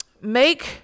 Make